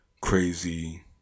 crazy